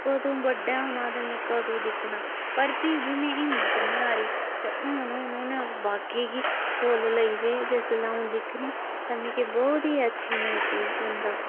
कदूं बड्डे होना ते मै कदूं दिक्खना पर फ्ही बी मै हिम्मत नी हारी ते हून हून ओस बागै गी फुल्ल लग्गी पे जिसले अ'ऊं दिक्खनी ते मिगी बोह्त ही अच्छी महसूस होंदा